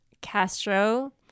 Castro